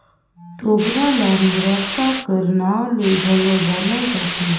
तोबरा ल मुड़क्का कर नाव ले घलो जानल जाथे